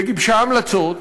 וגיבשה המלצות.